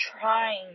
trying